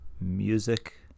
music